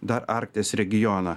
dar arkties regioną